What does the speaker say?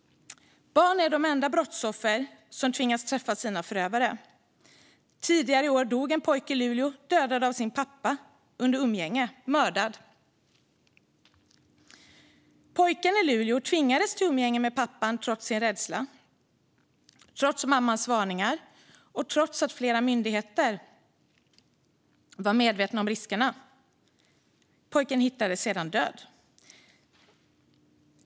Barn är de enda brottsoffer som tvingas träffa sina förövare. Tidigare i år dog en pojke i Luleå, dödad av sin pappa under umgänge - mördad. Pojken i Luleå tvingades till umgänge med pappan trots sin rädsla, trots mammans varningar och trots att flera myndigheter var medvetna om riskerna. Pojken hittades sedan död.